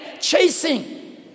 chasing